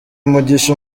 mugisha